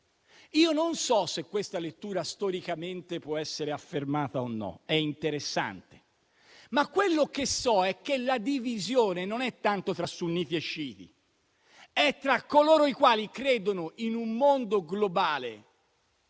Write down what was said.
Io non so se questa lettura storicamente possa essere condivisa o meno. È interessante; ma quello che so è che la divisione non è tanto tra sunniti e sciiti, ma è tra coloro i quali credono in un mondo globale